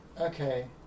Okay